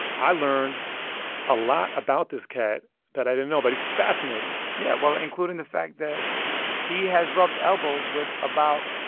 i learned a lot about this cat that i didn't know about. he's fascinating yeah. well, including the fact that he has rubbed elbows with about